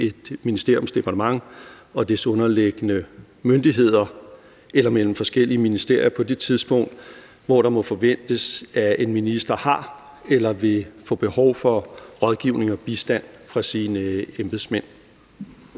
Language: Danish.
et ministeriums departement og dets underliggende myndigheder eller mellem forskellige ministerier på det tidspunkt, hvor det må forventes at en minister har eller vil få behov for rådgivning og bistand fra sine embedsmænd